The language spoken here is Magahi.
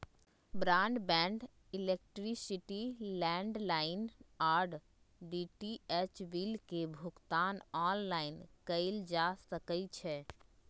ब्रॉडबैंड, इलेक्ट्रिसिटी, लैंडलाइन आऽ डी.टी.एच बिल के भुगतान ऑनलाइन कएल जा सकइ छै